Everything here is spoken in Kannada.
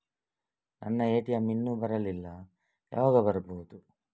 ನನ್ನ ಎ.ಟಿ.ಎಂ ಇನ್ನು ಬರಲಿಲ್ಲ, ಯಾವಾಗ ಬರಬಹುದು?